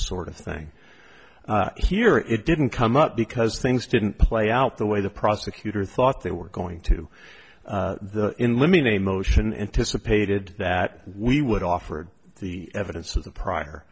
sort of thing here it didn't come up because things didn't play out the way the prosecutor thought they were going to in limine a motion anticipated that we would offered the evidence of the prior